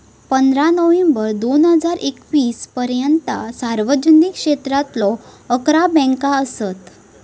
पंधरा नोव्हेंबर दोन हजार एकवीस पर्यंता सार्वजनिक क्षेत्रातलो अकरा बँका असत